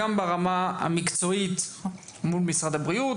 גם ברמה המקצועית מול משרד הבריאות,